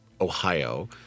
Ohio